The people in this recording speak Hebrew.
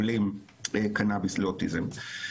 שמקבלים קנאביס לאוטיזם.